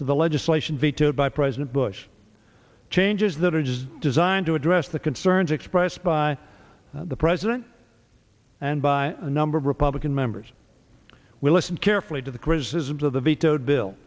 to the legislation vetoed by president bush changes that are just designed to address the concerns expressed by the president and by a number of republican members will listen carefully to the criticisms of the vetoed bill